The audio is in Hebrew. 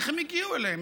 איך הם הגיעו אליהם?